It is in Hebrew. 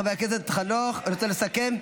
חבר הכנסת חנוך, רוצה לסכם?